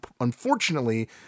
unfortunately